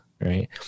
Right